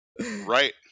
Right